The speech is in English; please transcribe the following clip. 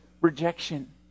rejection